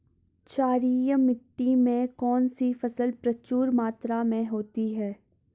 क्षारीय मिट्टी में कौन सी फसल प्रचुर मात्रा में होती है?